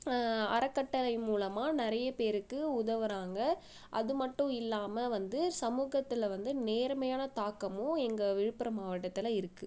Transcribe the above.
அறக்கட்டளை மூலமாக நிறைய பேருக்கு உதவுறாங்க அது மட்டும் இல்லாமல் வந்து சமூகத்தில் வந்து நேர்மையான தாக்கமும் எங்கள் விழுப்புரம் மாவட்டத்தில் இருக்குது